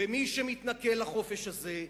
ומי שמתנכל לחופש הזה,